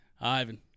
Ivan